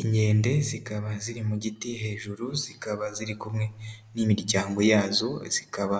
Inkende zikaba ziri mu giti hejuru, zikaba ziri kumwe n'imiryango yazo, zikaba